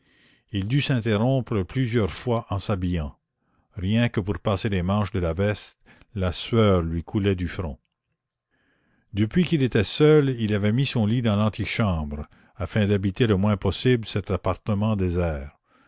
il dut s'interrompre plusieurs fois en s'habillant rien que pour passer les manches de la veste la sueur lui coulait du front depuis qu'il était seul il avait mis son lit dans l'antichambre afin d'habiter le moins possible cet appartement désert